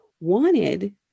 wanted